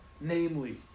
namely